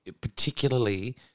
particularly